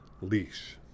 leash